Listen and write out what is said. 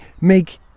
Make